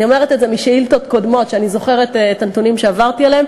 אני אומרת את זה כי אני זוכרת את הנתונים משאילתות קודמות,